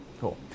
Cool